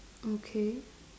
okay